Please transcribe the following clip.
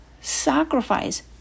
sacrifice